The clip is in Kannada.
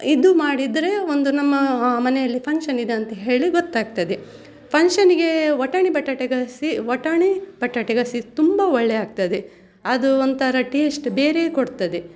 ಇದು ಮಾಡಿದರೆ ಒಂದು ನಮ್ಮ ಮನೆಯಲ್ಲಿ ಫಂಕ್ಷನ್ ಇದೆ ಅಂತ ಹೇಳಿ ಗೊತ್ತಾಗ್ತದೆ ಫಂಕ್ಷನ್ನಿಗೆ ಬಟಣಿ ಬಟಾಟೆ ಗಸಿ ಬಟಣಿ ಬಟಾಟೆ ಗಸಿ ತುಂಬಾ ಒಳ್ಳೆ ಆಗ್ತದೆ ಅದು ಒಂಥರಾ ಟೇಸ್ಟ್ ಬೇರೆಯೇ ಕೊಡ್ತದೆ